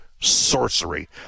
sorcery